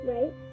Right